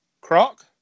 croc